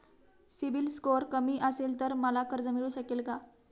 CIBIL score कमी असेल तर मला कर्ज मिळू शकेल का?